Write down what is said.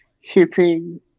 hitting